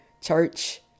church